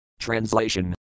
Translation